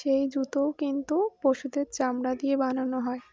সেই জুতো কিন্তু পশুদের চামড়া দিয়ে বানানো হয়